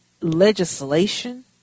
legislation